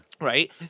Right